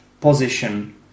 position